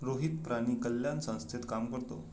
रोहित प्राणी कल्याण संस्थेत काम करतो